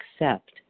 accept